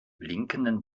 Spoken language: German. blinkenden